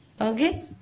Okay